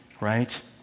right